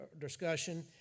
discussion